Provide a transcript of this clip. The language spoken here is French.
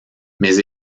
mais